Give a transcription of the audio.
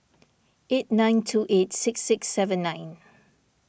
eight nine two eight six six seven nine